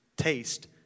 taste